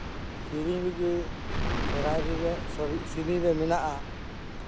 ᱥᱮᱨᱮᱧ ᱨᱮᱜᱮ ᱥᱚᱨᱦᱟᱭ ᱨᱮ ᱥᱮᱨᱮᱧ ᱨᱮᱜᱮ ᱢᱮᱱᱟᱜᱼᱟ